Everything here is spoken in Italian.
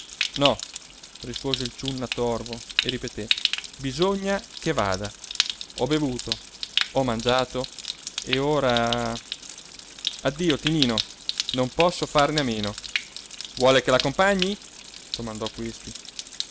no rispose il ciunna torvo e ripeté bisogna che vada ho bevuto ho mangiato e ora addio tinino non posso farne a meno vuole che l'accompagni domandò questi